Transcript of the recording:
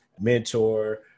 mentor